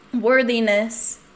worthiness